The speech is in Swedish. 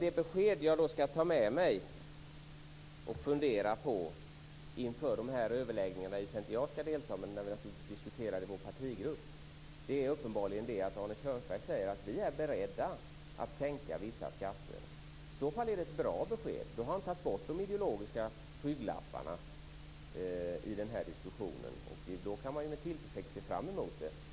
Det besked som jag skall ta med mig och fundera på inför överläggningarna, i vilka jag i och för sig inte skall delta men som vi diskuterar i vår partigrupp, är uppenbarligen att Arne Kjörnsberg säger att Socialdemokraterna är beredda att sänka vissa skatter. I så fall är det ett bra besked. Då har han tagit bort de ideologiska skygglapparna i den här diskussionen. Då kan man med tillförsikt se fram emot överläggningarna.